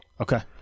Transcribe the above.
okay